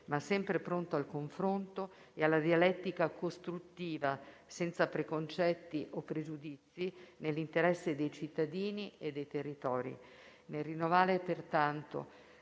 ma sempre pronto al confronto e alla dialettica costruttiva, senza preconcetti o pregiudizi, nell'interesse dei cittadini e dei territori. Nel rinnovare pertanto